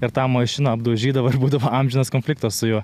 ir tą mašiną apdaužydavo ir būdavo amžinas konfliktas su juo